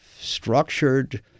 structured